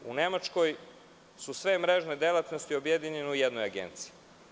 U Nemačkoj su sve mrežne delatnosti objedinjene u jednu agenciju.